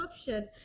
option